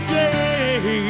day